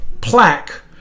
plaque